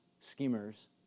schemers